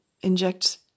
inject